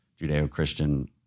Judeo-Christian